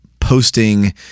posting